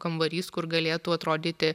kambarys kur galėtų atrodyti